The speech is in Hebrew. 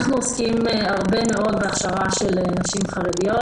אנחנו עוסקים הרבה מאוד בהכשרה של נשים חרדיות,